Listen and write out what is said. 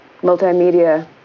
multimedia